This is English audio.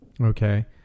Okay